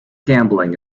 gambling